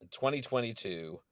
2022